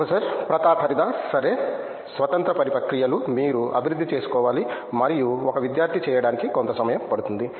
professor Pratap Haridas సరే స్వతంత్ర పని ప్రక్రియలు మీరు అభివృద్ధి చేసుకోవాలి మరియు ఒక విద్యార్థి చేయడానికి కొంత సమయం పడుతుంది